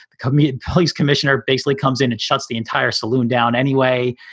the committee police commissioner basically comes in and shuts the entire saloon down anyway.